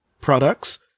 products